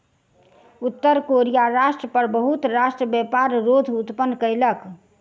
उत्तर कोरिया राष्ट्र पर बहुत राष्ट्र व्यापार रोध उत्पन्न कयलक